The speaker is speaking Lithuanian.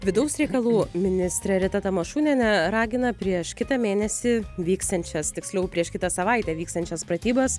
vidaus reikalų ministrė rita tamašunienė ragina prieš kitą mėnesį vyksiančias tiksliau prieš kitą savaitę vyksiančias pratybas